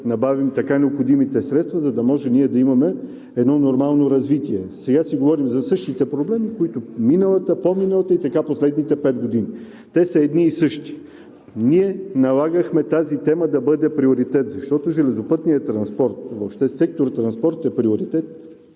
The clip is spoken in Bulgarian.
набавим така необходимите средства, за да може да имаме едно нормално развитие. Сега говорим за същите проблеми, които миналата, по-миналата и така последните пет години – те са едни и същи. Ние налагахме тази тема да бъде приоритет, защото железопътният транспорт, въобще секторът „транспорт“ е приоритет